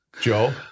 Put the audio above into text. Joe